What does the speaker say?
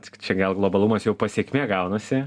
tik čia gal globalumas jau pasekmė gaunasi